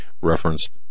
referenced